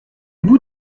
bout